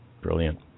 Brilliant